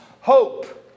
hope